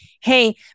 hey